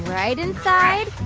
right inside.